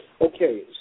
Okay